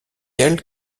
elle